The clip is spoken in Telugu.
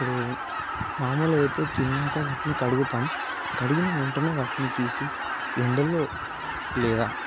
ఇప్పుడు మామూలుగా అయితే తిన్నాక వాటిని కడుగుతాము కడిగిన వెంటనే వాటిని తీసి ఎండలో లేదా